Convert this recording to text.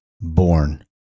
born